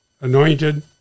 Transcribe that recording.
anointed